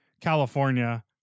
California